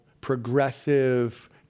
progressive